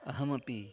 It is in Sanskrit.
अहमपि